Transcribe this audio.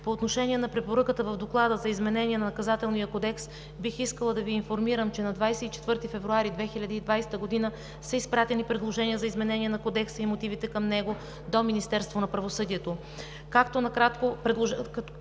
По отношение на препоръката в Доклада за изменение на Наказателния кодекс бих искала да Ви информирам, че на 24 февруари 2020 г. са изпратени предложения за изменения на Кодекса и мотивите към него до Министерството на правосъдието, като накратко предложенията